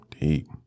deep